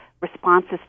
responses